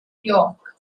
york